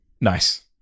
Nice